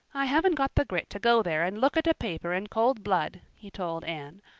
i haven't got the grit to go there and look at a paper in cold blood, he told anne.